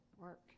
work